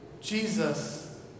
Jesus